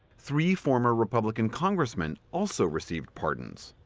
three former republican congressman also received pardons.